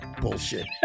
bullshit